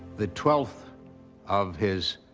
the twelfth of his